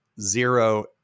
zero